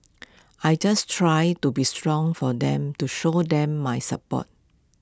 I just try to be strong for them to show them my support